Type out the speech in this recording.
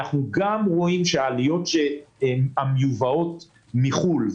אנחנו רואים גם שהעלויות שמיובאות מחו"ל,